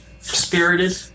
spirited